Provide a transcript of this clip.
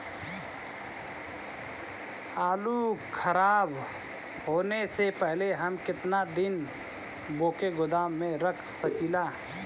आलूखराब होने से पहले हम केतना दिन वोके गोदाम में रख सकिला?